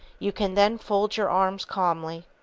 you can then fold your arms calmly,